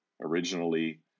originally